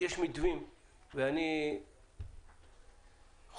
יש מתווים ואני חושש